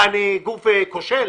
מה, אני גוף כושל?